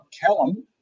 Callum